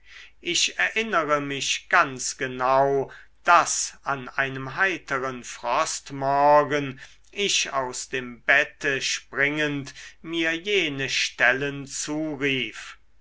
ich erinnere mich ganz genau daß an einem heiteren frostmorgen ich aus dem bette springend mir jene stellen zurief